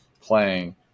playing